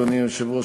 אדוני היושב-ראש,